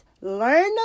learn